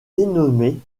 dénommée